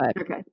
Okay